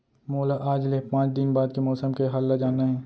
मोला आज ले पाँच दिन बाद के मौसम के हाल ल जानना हे?